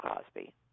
Cosby